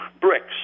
bricks